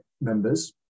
members